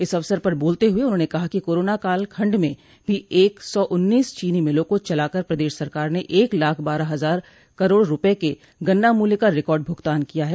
इस अवसर पर बोलते हुए उन्होंने कहा कि कोरोना काल खंड में भी एक सौ उन्नीस चीनी मिलों को चलाकर प्रदेश सरकार ने एक लाख बारह हजार करोड़ रूपये के गन्ना मूल्य का रिकार्ड भुगतान किया है